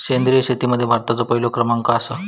सेंद्रिय शेतीमध्ये भारताचो पहिलो क्रमांक आसा